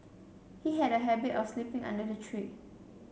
he had a habit of sleeping under the tree